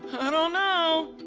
i don't know.